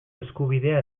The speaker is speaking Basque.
eskubidea